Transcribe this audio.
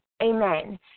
Amen